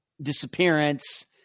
disappearance